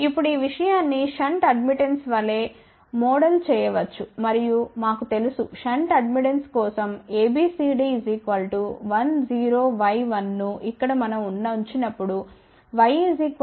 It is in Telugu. ఇప్పుడు ఈ విషయాన్ని షంట్ అడ్మిటెన్స్ వలె మోడల్ చేయ వచ్చు మరియు మాకు తెలుసు షంట్ అడ్మిటెన్స్ కోసం A B C D 1 0 Y 1 ని ఇక్కడ మనం ఇప్పుడు Y G jB